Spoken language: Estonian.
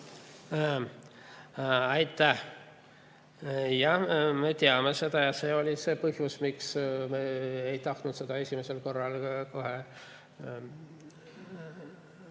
Aitäh! Jaa, me teame seda ja see oli see põhjus, miks me ei tahtnud esimesel korral kohe